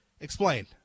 Explain